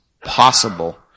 possible